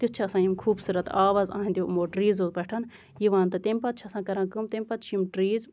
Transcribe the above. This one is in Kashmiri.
تیُتھ چھُ آسان یِم خوٗبصوٗرت آواز یِہندِ یِمَو ٹریٖزو پٮ۪ٹھ یِوان تہٕ تَمہِ پَتہٕ چھِ آسان کران کٲم تَمہِ پَتہٕ چھِ یِم ٹریٖز